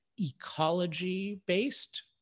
ecology-based